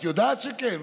את יודעת שכן.